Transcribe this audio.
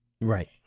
Right